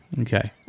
Okay